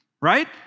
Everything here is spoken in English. right